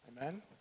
Amen